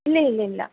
ഇല്ല ഇല്ല ഇല്ല